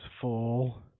full